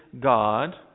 God